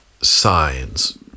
signs